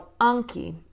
Anki